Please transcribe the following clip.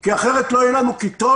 כי אחרת לא יהיו לנו כיתות